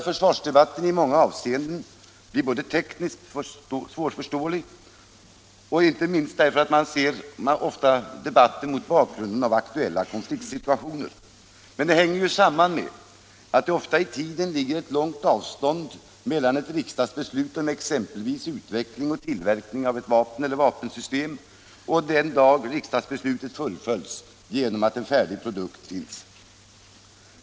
Försvarsdebatten blir i många avseenden både tekniskt besvärlig och svårförståelig, om man bara ser den mot bakgrunden av aktuella konfliktsituationer, vilket bl.a. hänger samman med att det i tiden ligger ett långt avstånd mellan ett riksdagsbeslut om exempelvis utveckling och tillverkning av vapen och vapensystem och den dag riksdagsbeslutet fullföljts genom en färdig produkt.